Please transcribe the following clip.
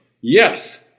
Yes